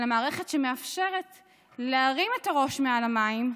אלא מערכת שמאפשרת להרים את הראש מעל המים,